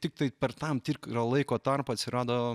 tiktai per tam tikrą laiko tarpą atsirado